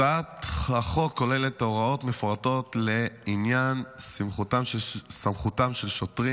הצעת החוק כוללת הוראות מפורטות לעניין סמכותם של שוטרים